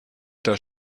der